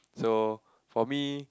so for me